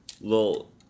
little